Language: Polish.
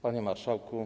Panie Marszałku!